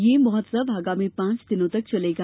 यह महोत्सव आगामी पांच दिनों तक चलेगा